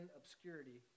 obscurity